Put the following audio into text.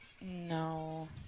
No